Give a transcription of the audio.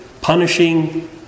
punishing